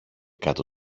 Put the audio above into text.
κάτω